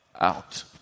out